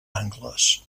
angles